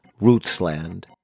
Rootsland